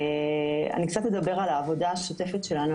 אני קצת אדבר על העבודה השוטפת שלנו,